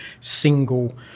single